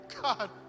God